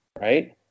right